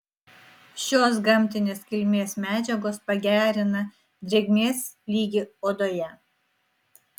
šios gamtinės kilmės medžiagos pagerina drėgmės lygį odoje